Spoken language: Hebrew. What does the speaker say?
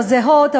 לא זהות,